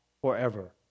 forever